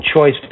choice